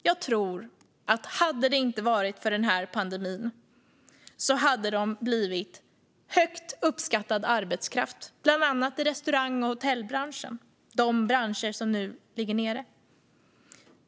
Jag tror att om det inte hade varit för denna pandemi hade de blivit högt uppskattad arbetskraft, bland annat i restaurang och hotellbranschen, alltså de branscher som nu ligger nere.